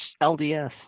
LDS